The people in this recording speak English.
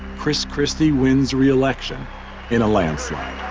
chris christie wins re-election in a landslide.